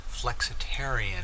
flexitarian